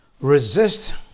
Resist